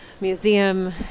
museum